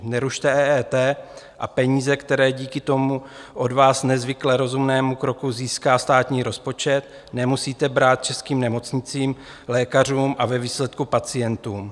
Nerušte EET a peníze, které díky tomu od vás nezvykle rozumnému kroku získá státní rozpočet, nemusíte brát českým nemocnicím, lékařům a ve výsledku pacientům.